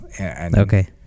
Okay